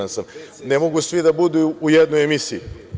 Ne mogu svi da budu u jednoj emisiji.